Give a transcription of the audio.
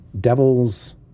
Devils